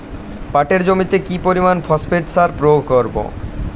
পাটের জমিতে কি পরিমান ফসফেট সার প্রয়োগ করব?